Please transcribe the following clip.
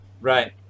right